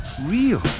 real